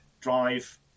drive